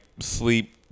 sleep